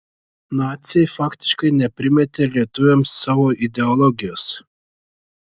naciai faktiškai neprimetė lietuviams savo ideologijos